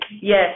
Yes